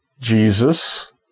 Jesus